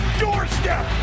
doorstep